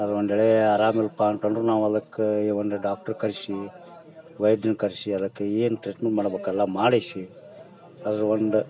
ಅದು ಒಂದು ವೇಳೆ ಅರಾಮ ಇಲ್ಲಪ್ಪ ಅಂತಂದ್ರೆ ನಾವು ಅದಕ್ಕೆ ಈ ಒಂದು ಡಾಕ್ಟ್ರ್ ಕರ್ಸಿ ವೈದ್ರನ್ನು ಕರ್ಸಿ ಅದಕ್ಕೆ ಏನು ಟ್ರೀಟ್ಮೆಂಟ್ ಮಾಡ್ಬೇಕೆಲ್ಲ ಮಾಡಿಸಿ ಅದ್ರ ಒಂದು